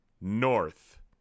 North